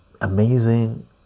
amazing